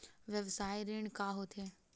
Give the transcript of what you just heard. व्यवसाय ऋण का होथे?